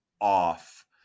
off